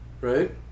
Right